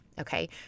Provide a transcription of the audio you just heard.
Okay